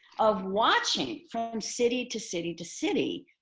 of watching from city to city to city,